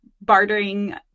bartering